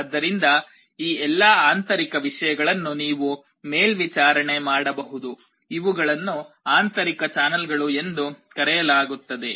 ಆದ್ದರಿಂದ ಈ ಎಲ್ಲಾ ಆಂತರಿಕ ವಿಷಯಗಳನ್ನು ನೀವು ಮೇಲ್ವಿಚಾರಣೆ ಮಾಡಬಹುದು ಇವುಗಳನ್ನು ಆಂತರಿಕ ಚಾನಲ್ಗಳು ಎಂದು ಕರೆಯಲಾಗುತ್ತದೆ